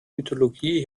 mythologie